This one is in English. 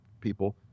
people